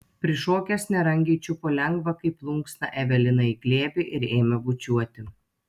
prišokęs nerangiai čiupo lengvą kaip plunksną eveliną į glėbį ir ėmė bučiuoti